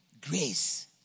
Grace